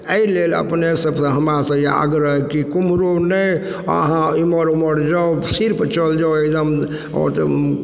एहि लेल अपने सबसँ हमर आग्रह जे केम्हरो नहि अहाँ इमहर ओमहर जाउ सिर्फ चलि जाउ एकदम ओतै